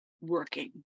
working